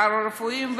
ופארה-רפואיים,